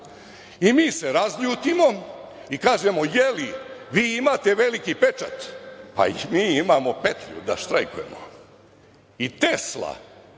I mi se razljutimo i kažemo – je li, vi imate veliki pečat, pa i mi imamo petlju da štrajkujemo. I „Tesla“